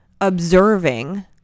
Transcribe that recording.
observing